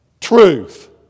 Truth